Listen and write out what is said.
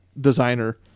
designer